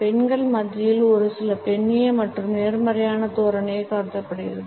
பெண்கள் மத்தியில் இது ஒரு பெண்ணிய மற்றும் நேர்மறையான தோரணையாக கருதப்படுகிறது